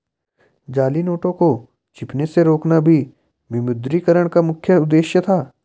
जाली नोटों को छपने से रोकना भी विमुद्रीकरण का मुख्य उद्देश्य था